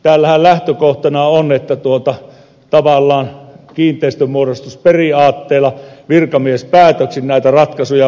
täällähän lähtökohtana on että tavallaan kiinteistönmuodostusperiaatteella virkamiespäätöksin näitä ratkaisuja voitaisiin tehdä